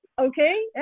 okay